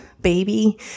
baby